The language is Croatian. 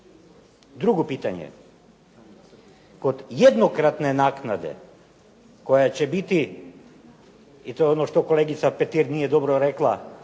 Drugo pitanje, kod jednokratne naknade koja će biti i to je ono što kolegica Petir nije rekla,